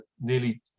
nearly